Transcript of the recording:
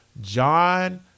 John